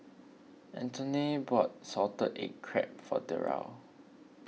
Anthoney bought Salted Egg Crab for Derald